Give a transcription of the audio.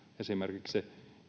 esimerkiksi se